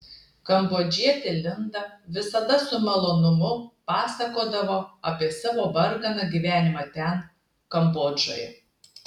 kambodžietė linda visada su malonumu pasakodavo apie savo varganą gyvenimą ten kambodžoje